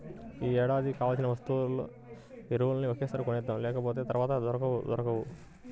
యీ ఏడాదికి కావాల్సిన ఎరువులన్నీ ఒకేసారి కొనేద్దాం, లేకపోతె తర్వాత దొరకనే దొరకవు